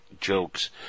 jokes